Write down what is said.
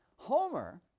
homer,